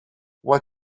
what